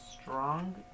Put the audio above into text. strong